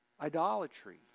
idolatry